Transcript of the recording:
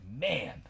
man